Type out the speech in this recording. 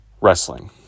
wrestling